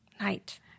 Night